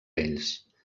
ells